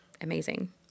amazing